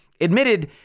admitted